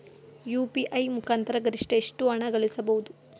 UPI ಮುಖಾಂತರ ಗರಿಷ್ಠ ಎಷ್ಟು ಹಣ ಕಳಿಸಬಹುದು?